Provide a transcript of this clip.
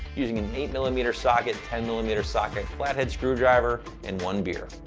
using an eight millimeter socket, ten millimeter socket, flathead screw driver, and one beer.